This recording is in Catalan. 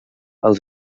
als